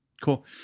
Cool